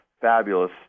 fabulous